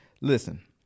Listen